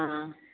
ആ